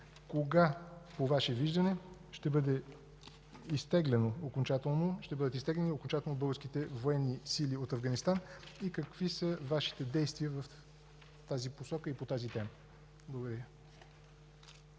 Кога, по Ваше виждане, ще бъдат изтеглени окончателно българските военни сили от Афганистан и какви са Вашите действия в тази посока и по тази тема? Благодаря.